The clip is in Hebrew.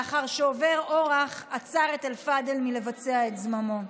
לאחר שעובר אורח עצר את אלפדל מלבצע את זממו.